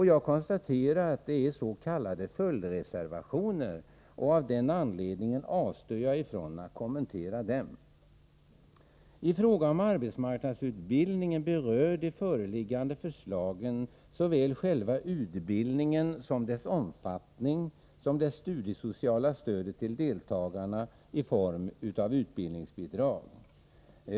Jag konstaterar att det är s.k. följdreservatio ner, och av den anledningen avstår jag ifrån att kommentera dem. I fråga om arbetsmarknadsutbildningen berör de föreliggande förslagen såväl själva utbildningen och dess omfattning som det studiesociala stödet till deltagarna i form av utbildningsbidrag.